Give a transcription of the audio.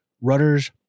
Rudder's